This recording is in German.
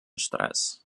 stress